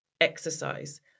Exercise